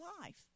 life